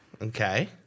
Okay